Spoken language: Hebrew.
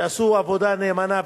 שעשו עבודה נאמנה,